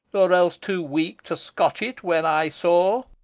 or else too weak to scotch it when i saw.